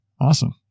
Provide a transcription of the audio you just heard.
Awesome